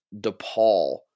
DePaul